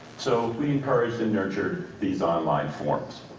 so we encouraged and nurtured these online forums.